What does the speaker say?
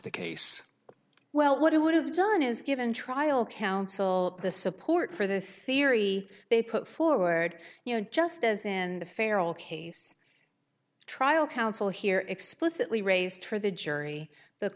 the case well what it would have done is given trial counsel the support for the theory they put forward you know just as in the ferral case trial counsel here explicitly raised for the jury th